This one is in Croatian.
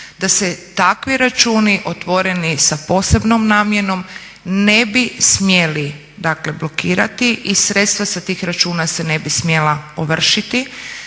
da se takvi računi otvoreni sa posebnom namjenom ne bi smjeli dakle blokirati i sredstva sa tih računa se ne bi smjela ovršiti.